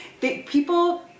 people